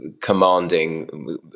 commanding